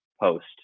post